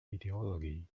ideology